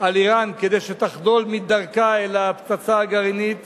על אירן כדי שתחדל מדרכה אל הפצצה הגרעינית